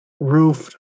roof